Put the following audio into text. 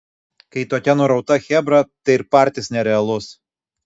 kai tokia nurauta chebra tai ir partis nerealus